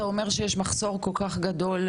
אתה אומר שיש מחסור כל כך גדול?